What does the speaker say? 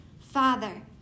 Father